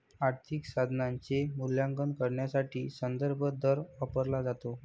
आर्थिक साधनाचे मूल्यांकन करण्यासाठी संदर्भ दर वापरला जातो